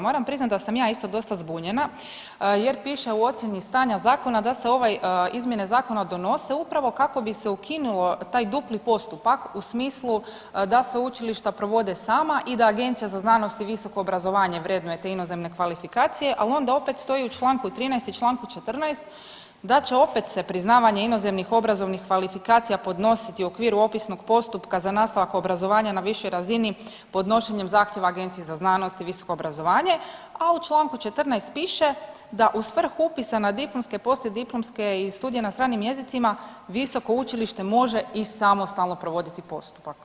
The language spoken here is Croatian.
Moram priznati da sam ja isto dosta zbunjena jer piše u ocjeni stanja zakona da se ovaj izmjene zakona donose upravo kako bi se ukinulo taj dupli postupak u smislu da sveučilišta provode sama i da Agencija za znanost i visoko obrazovanje vrednuje te inozemne kvalifikacije, al onda opet stoji u čl. 13 i čl. 14 da će opet se priznavanje inozemnih obrazovnih kvalifikacija podnositi u okviru opisnog postupka za nastavak obrazovanja na višoj razini podnošenje zahtjeva Agenciji za znanost i visoko obrazovanje, a u čl. 14 piše da u svrhu upisa na diplomske i poslijediplomske i studije na stranih jezicima visoko učilište može i samostalno provoditi postupak.